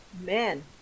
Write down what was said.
men